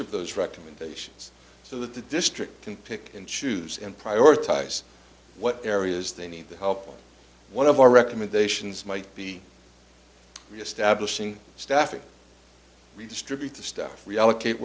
of those recommendations so that the district can pick and choose and prioritize what areas they need the help of one of our recommendations might be reestablishing staffing we distribute the stuff we allocate